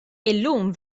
illum